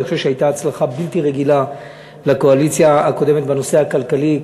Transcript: אני חושב שהייתה הצלחה בלתי רגילה לקואליציה הקודמת בנושא הכלכלי,